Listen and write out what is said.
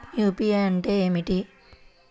UPI అంటే ఏమిటీ?